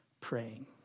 praying